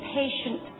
patient